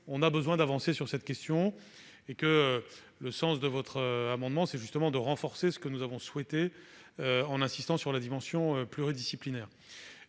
avons besoin d'avancer sur cette question. Or le sens de votre amendement, c'est justement de renforcer ce que nous avons souhaité mettre en place, en insistant sur la dimension pluridisciplinaire.